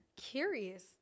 Curious